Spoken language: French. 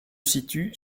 situe